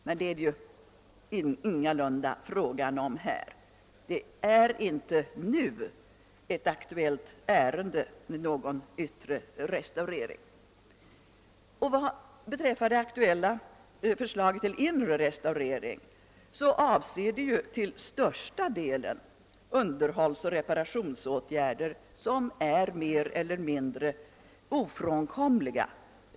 Det är det dock ingalunda fråga om. Någon yttre restaurering är inte nu ett aktuellt ärende. Vad det aktuella förslaget till inre restaurering beträffar avser det till största delen underhållsoch reparationsåtgärder, som är mer eller mindre ofrånkomliga.